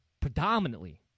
predominantly